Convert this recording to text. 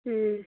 ꯎꯝ